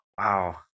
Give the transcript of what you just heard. Wow